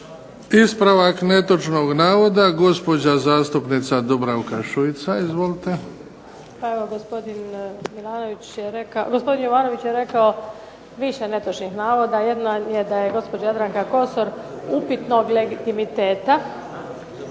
Ispravak netočnog navoda, gospođa zastupnica Dubravka Šuica. Izvolite. **Šuica, Dubravka (HDZ)** Pa gospodin Jovanović je rekao više netočnih navoda. Jedna je da je gospođa Jadranka Kosor upitnog legitimiteta.